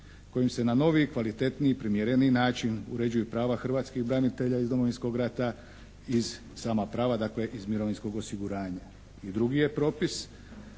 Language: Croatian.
kojim se na novi, kvalitetniji i primjereniji način uređuju i prava hrvatskih branitelja iz Domovinskog rata i sama prava dakle iz mirovinskog osiguranja. I drugi je propis